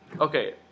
okay